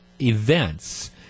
events